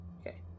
Okay